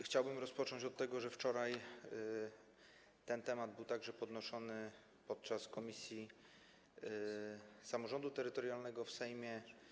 Chciałbym rozpocząć od tego, że wczoraj ten temat był także podnoszony podczas posiedzenia komisji samorządu terytorialnego w Sejmie.